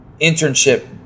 internship